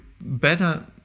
better